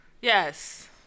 Yes